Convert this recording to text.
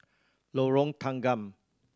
Lorong Tanggam